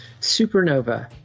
supernova